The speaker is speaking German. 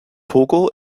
togo